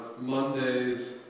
Mondays